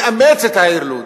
מאמץ את העיר לוד.